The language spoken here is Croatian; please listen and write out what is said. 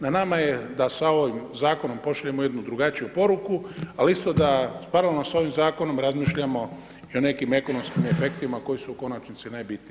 Na nama je da sa ovim zakonom pošaljemo jednu drugačiju poruku, al isto da paralelno s ovim zakonom razmišljamo i o nekim ekonomskim efektima koji su u konačnosti najbitniji.